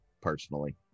personally